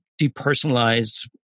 depersonalized